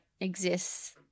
exists